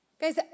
Guys